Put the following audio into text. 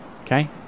Okay